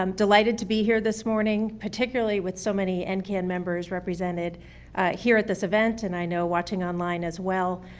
um delighted to be here this morning, particularly with so many and ncan members represented here at this even and, i know, watching online as well.